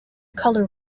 color